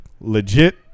legit